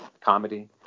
comedy